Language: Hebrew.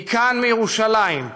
מכאן, מירושלים,